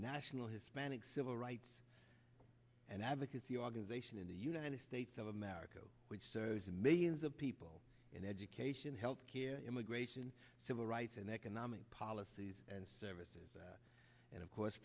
national hispanic civil rights and advocacy organization in the united states of america which serves the millions of people in education health care immigration civil rights and economic policies and services and of course